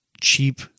cheap